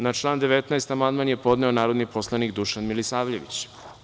Na član 19. amandman je podneo narodni poslanik Dušan Milisavljević.